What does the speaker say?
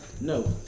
No